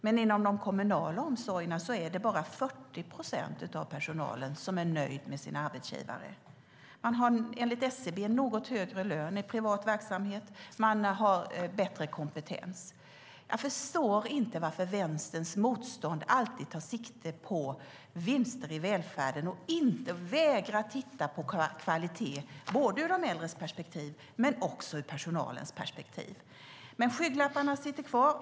Men inom den kommunala omsorgen är bara 40 procent av personalen nöjda med sin arbetsgivare. Enligt SCB har man något högre lön i privat verksamhet, och man har bättre kompetens. Varför måste Vänsterns motstånd alltid ta sikte på vinster i välfärden? Och varför vägrar man titta på kvalitet ur både de äldres perspektiv och ur personalens perspektiv? Skygglapparna sitter kvar.